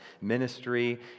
ministry